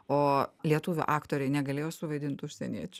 o lietuvių aktoriai negalėjo suvaidint užsieniečių